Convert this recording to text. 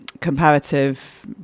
comparative